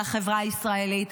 על החברה הישראלית,